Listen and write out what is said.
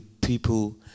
people